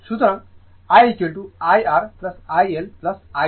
সুতরাং I IR IL IC